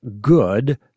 good